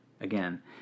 Again